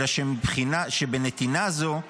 אלא שבנתינה זו,